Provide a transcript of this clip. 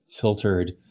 filtered